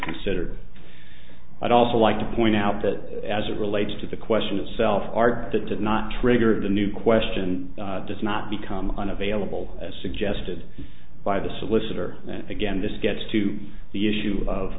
considered i'd also like to point out that as it relates to the question itself ard that did not triggered a new question does not become unavailable as suggested by the solicitor again this gets to the issue of